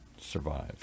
survive